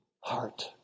heart